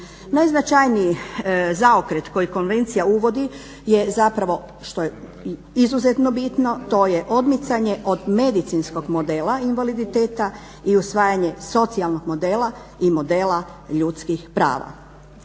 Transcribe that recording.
Najznačajniji zaokret koji konvencija uvodi je zapravo što je izuzetno bitno to je odmicanje od medicinskog modela invaliditeta i usvajanje socijalnog modela i modela ljudskih prava.